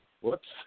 Whoops